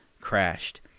crashed